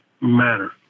matter